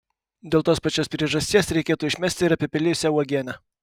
dėl tos pačios priežasties reikėtų išmesti ir apipelijusią uogienę